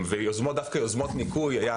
היו